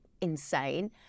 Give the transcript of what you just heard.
Insane